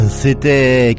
c'était